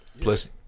plus